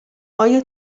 آیا